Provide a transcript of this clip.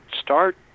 start